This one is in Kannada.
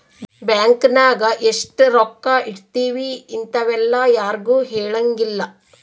ಬ್ಯಾಂಕ್ ನಾಗ ಎಷ್ಟ ರೊಕ್ಕ ಇಟ್ತೀವಿ ಇಂತವೆಲ್ಲ ಯಾರ್ಗು ಹೆಲಂಗಿಲ್ಲ